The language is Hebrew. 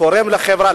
תורם לחברה.